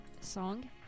song